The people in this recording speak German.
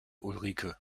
ulrike